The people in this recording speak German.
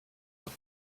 und